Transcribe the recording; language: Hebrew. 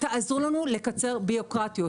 תעזרו לנו לקצר ביורוקרטיות.